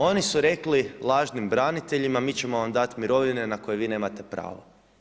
Oni su rekli lažnim braniteljima mi ćemo vam dati mirovine na koje vi nemate pravo.